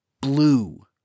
Blue